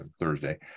thursday